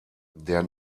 der